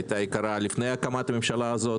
היא הייתה יקרה לפני הקמת הממשלה הזאת,